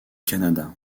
canada